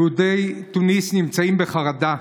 יהודי תוניס נמצאים בחרדה,